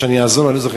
שאני אעזור לו.